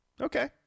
Okay